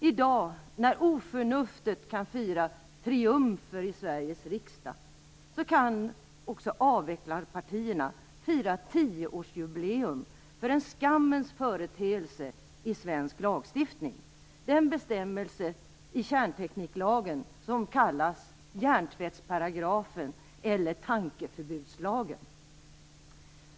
I dag när oförnuftet kan fira triumfer i Sveriges riksdag kan också avvecklarpartierna fira tioårsjubileum för en skammens företeelse i svensk lagstiftning, nämligen den bestämmelse i kärntekniklagen som kallas hjärntvättsparagrafen eller tankeförbudslagen.